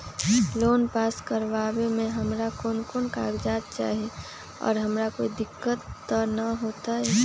Loan pass करवावे में हमरा कौन कौन कागजात चाही और हमरा कोई दिक्कत त ना होतई?